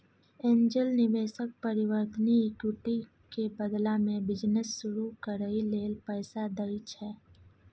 angel निवेशक परिवर्तनीय equity के बदला में बिजनेस शुरू करइ लेल पैसा दइ छै